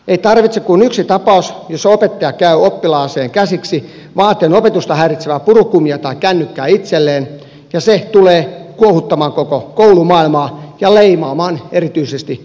ei tarvita kuin yksi tapaus jossa opettaja käy oppilaaseen käsiksi vaatien opetusta häiritsevää purukumia tai kännykkää itselleen ja se tulee kuohuttamaan koko koulumaailmaa ja leimaamaan erityisesti opettajia